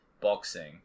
boxing